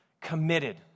committed